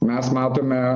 mes matome